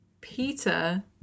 Peter